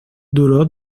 duró